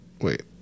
Wait